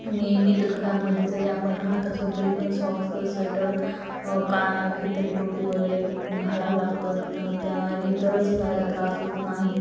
नियमित घरांमध्ये जरी आपण राहत असून तरी पण सॉक्स स्वेटर कानाला काहीतरी टोपी वगैरे घालावं लागतं तर त्या हे तरच हिवाळ्याचा त्रास होत नाही